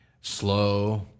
slow